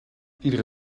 iedere